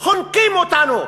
חונקים אותנו,